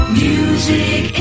music